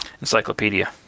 Encyclopedia